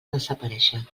desaparéixer